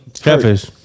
Catfish